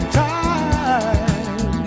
time